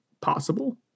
possible